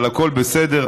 אבל הכול בסדר.